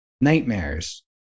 nightmares